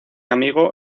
amigo